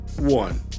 one